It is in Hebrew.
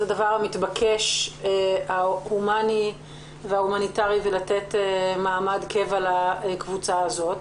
הדבר המתבקש וההומניטרי ולתת מעמד קבע לקבוצה הזאת.